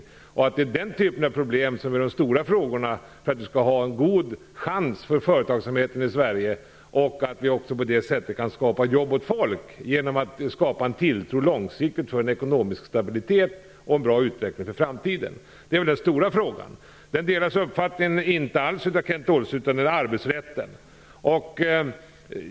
Jag trodde att det var den typen av problem som utgjorde de stora frågorna för att företagsamheten i Sverige skall få en god chans. Genom att långsiktigt skapa tilltro till en ekonomisk stabilitet och en bra utveckling för framtiden kan vi skapa jobb för folk. Det är väl den stora frågan. Den här uppfattningen delas inte alls av Kent Olsson, utan han säger att det beror på arbetsrätten.